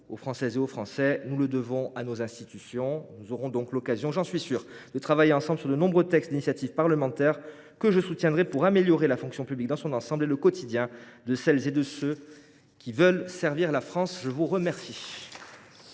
permanent et de concertation. Nous le devons aussi à nos institutions. Nous aurons donc l’occasion – j’en suis sûr – de travailler ensemble sur de nombreux textes d’initiative parlementaire, que je soutiendrai, pour améliorer la fonction publique dans son ensemble et le quotidien de celles et de ceux qui veulent servir la France. La parole